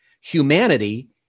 humanity